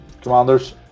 Commanders